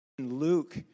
Luke